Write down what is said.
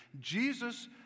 Jesus